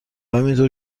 همینطور